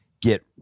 get